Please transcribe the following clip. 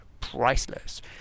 priceless